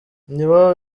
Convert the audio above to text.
nibo